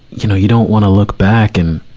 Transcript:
you know, you don't wanna look back and,